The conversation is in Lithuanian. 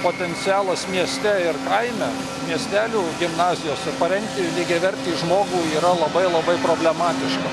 potencialas mieste ir kaime miestelių gimnazijose parengti lygiavertį žmogų yra labai labai problematiška